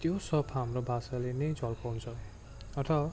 त्यो सब हाम्रो भाषाले नै झल्काउँछ अथवा